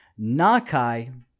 Nakai